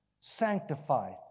Sanctified